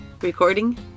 recording